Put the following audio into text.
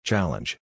Challenge